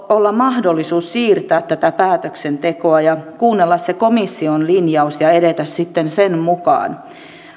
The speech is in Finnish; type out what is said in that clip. olla mahdollisuus siirtää tätä päätöksentekoa ja kuunnella se komission linjaus ja edetä sitten sen mukaan